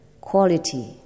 quality